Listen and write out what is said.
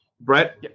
Brett